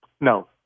No